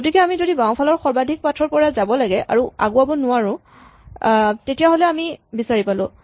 গতিকে আমি যদি বাওফালৰ সৰ্বাধিক পাথ ৰ পৰা যাব লাগে আৰু আমি আগুৱাব নোৱাৰো তেতিয়াহ'লে আমি বিচাৰি পালোঁ